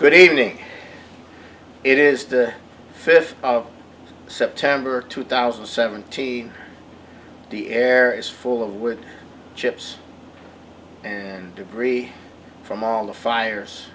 good evening it is the fifth of september two thousand and seventeen the air is full of wood chips and debris from all the fires